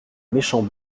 méchant